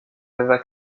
aveva